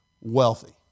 wealthy